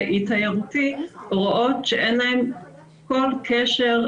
אי תיירותי הוראות שאין להם כל קשר,